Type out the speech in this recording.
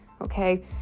Okay